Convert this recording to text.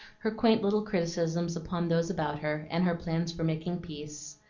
her quaint little criticisms upon those about her, and her plans for making peace.